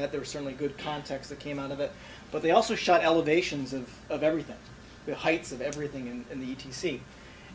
that there were certainly good contacts that came out of it but they also shot elevations and of everything the heights of everything in the t c